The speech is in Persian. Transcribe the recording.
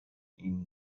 این